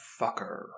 fucker